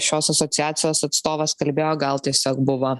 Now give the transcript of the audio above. ir šios asociacijos atstovas kalbėjo gal tiesiog buvo